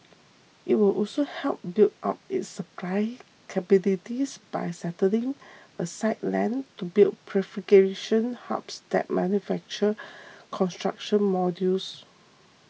it will also help build up its supply capabilities by setting aside land to build prefabrication hubs that manufacture construction modules